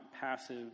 passive